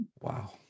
Wow